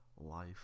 life